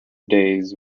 days